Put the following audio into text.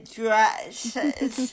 dresses